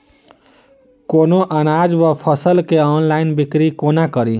कोनों अनाज वा फसल केँ ऑनलाइन बिक्री कोना कड़ी?